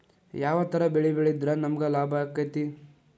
ಯಾವ ತರ ಬೆಳಿ ಬೆಳೆದ್ರ ನಮ್ಗ ಲಾಭ ಆಕ್ಕೆತಿ?